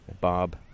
Bob